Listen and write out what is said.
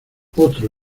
otro